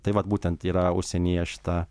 tai vat būtent yra užsienyje šita